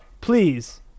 Please